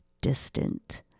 distant